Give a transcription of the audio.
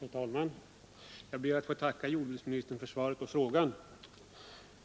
Herr talman! Jag ber att få tacka jordbruksministern för svaret på min enkla fråga.